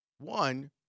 One